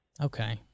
Okay